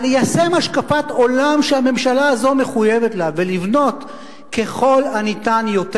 אבל ליישם השקפת עולם שהממשלה הזאת מחויבת לה ולבנות ככל הניתן יותר.